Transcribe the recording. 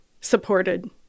supported